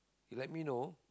let me know